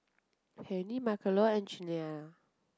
Penni Marcelo and Cheyanne